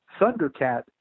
Thundercat